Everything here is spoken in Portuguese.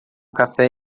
café